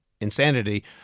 insanity